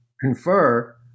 confer